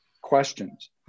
questions